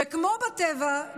וכמו בטבע,